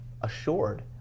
assured